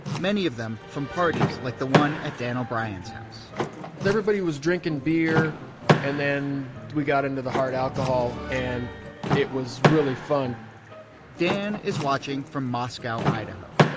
many of them from parties like the one at dan o'brien's house everybody was drinking beer and then we got into the hard alcohol and it was really fun dan is watching from moscow, idaho.